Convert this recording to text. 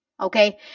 Okay